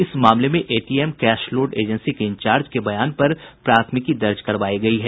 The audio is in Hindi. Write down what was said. इस मामले में एटीएम कैश लोड एजेंसी के इंचार्ज के बयान पर प्राथमिकी दर्ज करवायी गयी है